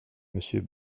monsieur